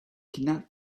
cannot